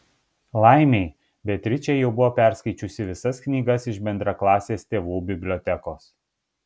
laimei beatričė jau buvo perskaičiusi visas knygas iš bendraklasės tėvų bibliotekos